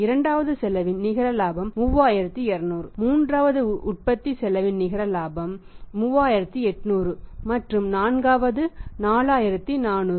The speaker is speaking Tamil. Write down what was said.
இரண்டாவது செலவின் நிகர இலாபம் 3200 மூன்றாவது உற்பத்தி செலவின் நிகர இலாபம் 3800 மற்றும் நான்காவது 4400